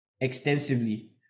extensively